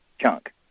chunk